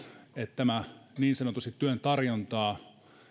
että tämä niin sanotusti työn tarjontaa